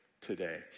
today